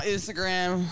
Instagram